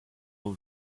all